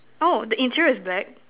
oh the interior is black